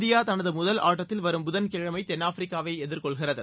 India தனது முதல் ஆட்டத்தில் வரும் புதன்கிழமை தென்னாப்பிரிக்காவை எதிர்கொள்கிறது